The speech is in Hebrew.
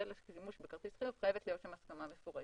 לשימוש בכרטיס חיוב וחייבת להיות שם הסכמה מפורשת.